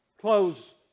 close